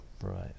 right